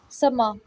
ਸਮਾਂ